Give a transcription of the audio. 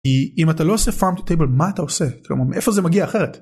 אם אתה לא עושה farm to table מה אתה עושה איפה זה מגיע אחרת.